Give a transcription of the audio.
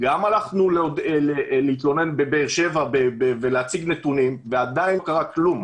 גם הלכנו להתלונן בבאר שבע ולהציג נתונים ועדיין לא קרה כלום.